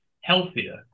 healthier